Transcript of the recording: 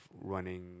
running